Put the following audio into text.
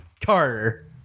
Carter